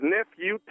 Nephew